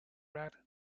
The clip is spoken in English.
rat